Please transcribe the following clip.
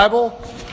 Bible